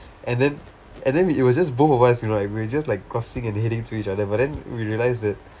and then and then it was just both of us you know like we were just like crossing and heading to each other but then we realize that